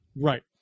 Right